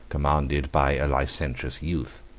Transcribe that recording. commanded by a licentious youth.